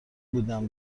بودم